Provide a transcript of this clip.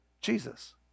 Jesus